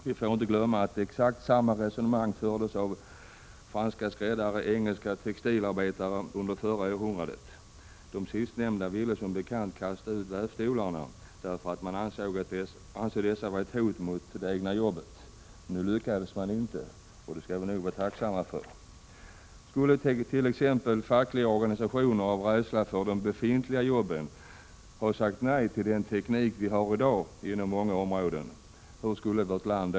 Vi får inte glömma att samma resonemang fördes av franska skräddare och engelska textilarbetare under förra århundradet. De sistnämnda ville som bekant kasta ut vävstolarna därför att man såg dessa som ett hot mot det egna jobbet. Nu lyckades det inte, och det skall vi nog vara tacksamma för. Hur skulle vårt land sett ut om t.ex. fackliga organisationer av rädsla för att mista de befintliga jobben hade sagt nej till den teknik vi har i dag inom många områden?